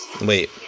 Wait